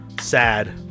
sad